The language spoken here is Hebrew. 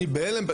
אני בהלם,